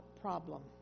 problem